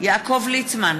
יעקב ליצמן,